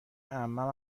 عمم